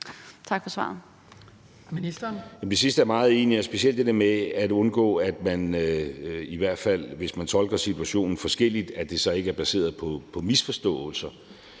tak for svaret.